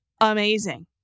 amazing